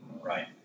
Right